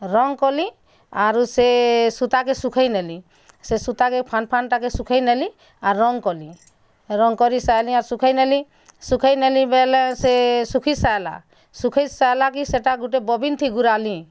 ରଙ୍ଗ୍ କଲିଁ ଆରୁ ସେ ସୂତାକେ ଶୁଖେଇନେଲିଁ ସେ ସୂତାକେ ଫାଣ୍ଫାଣ୍ଟାକେ ଶୁଖେଇ ନେଲିଁ ଆର୍ ରଙ୍ଗ୍ କଲିଁ ରଙ୍ଗ୍ କରି ସାଇଲିଁ ଆର୍ ଶୁଖେଇ ନେଲିଁ ଶୁଖେଇ ନେଲିଁ ବେଲେ ସେ ଶୁଖିସାଏଲା ଶୁଖିସାଏଲା କି ସେଟା ଗୁଟେ ବବିନ୍ଥି ଘୂରାଲିଁ